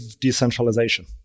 decentralization